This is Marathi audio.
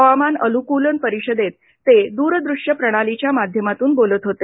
हवामान अनुकूलन परिषदेत ते दूरदृश्य प्रणालीच्या माध्यमातून बोलत होते